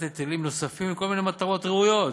היטלים נוספים לכל מיני מטרות ראויות,